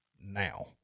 now